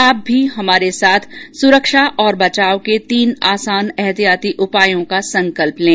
आप भी हमारे साथ सुरक्षा और बचाव के तीन आसान एहतियाती उपायों का संकल्प लें